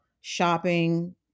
shopping